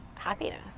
Happiness